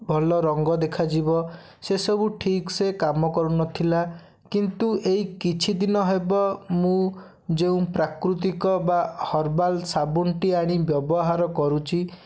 ଭଲ ରଙ୍ଗ ଦେଖାଯିବ ସେସବୁ ଠିକ ସେ କାମ କରୁନଥିଲା କିନ୍ତୁ ଏଇ କିଛିଦିନ ହେବ ମୁଁ ଯେଉଁ ପ୍ରାକୃତିକ ବା ହର୍ବାଲ୍ ସାବୁନଟି ଆଣି ବ୍ୟବହାର କରୁଛି